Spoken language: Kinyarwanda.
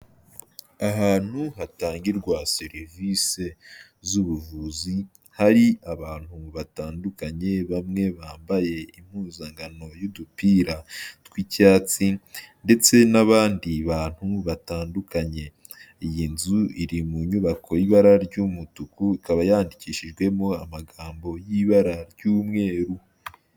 Ahantu hatangirwa serivisi z'ubuvuzi hari abantu batandukanye bamwe bambaye impuzankano y'udupira tw'icyatsi ndetse n'abandi bantu batandukanye, iyi nzu iri mu nyubako y'ibara ry'umutuku ikaba yandikishijwemo amagambo y'ibara ry'umweru.